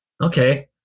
okay